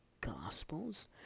Gospels